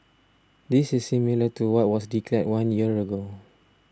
this is similar to what was declared one year ago